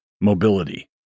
mobility